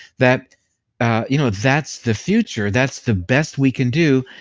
that you know that's the future, that's the best we can do,